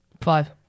Five